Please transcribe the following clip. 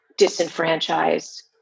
disenfranchise